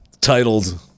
titled